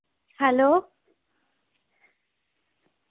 hello